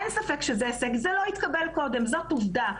אין ספק שזה הישג, זה לא התקבל קודם וזאת עובדה.